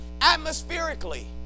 atmospherically